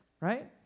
right